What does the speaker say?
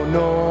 no